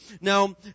Now